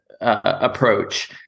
approach